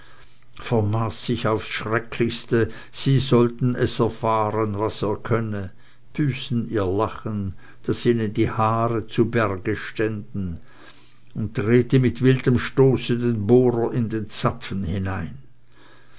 vermaß sich aufs schrecklichste sie sollten es erfahren was er könne büßen ihr lachen daß ihnen die haare zu berge ständen und drehte mit wildem stoße den bohrer in den zapfen hinein